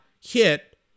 hit